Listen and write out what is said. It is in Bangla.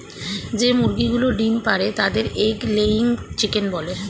যে মুরগিগুলো ডিম পাড়ে তাদের এগ লেয়িং চিকেন বলে